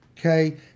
Okay